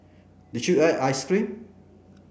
did you eat ice cream